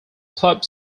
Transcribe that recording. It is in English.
club